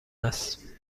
است